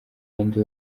abandi